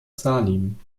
salim